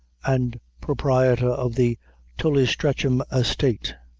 and proprietor of the tullystretchem estate.